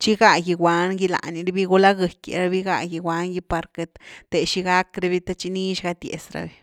tchi gá gigwan gy lany raby gula gëky ra bi ga gigwan gy par queity- té xi gack rabi the tchi nix gatiaz rabi.